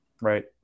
Right